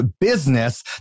business